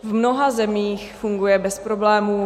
V mnoha zemích funguje bez problémů.